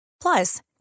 Plus